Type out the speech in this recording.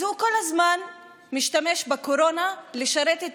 אז הוא כל הזמן משתמש בקורונה לשרת את